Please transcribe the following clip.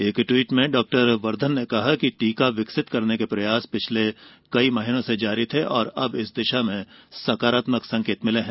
एक ट्वीट में डॉक्टर वर्घन ने कहा कि टीका विकसित करने के प्रयास पिछले कई महीनों से जारी थे और इस दिशा में सकारात्मक संकेत मिले है